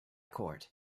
court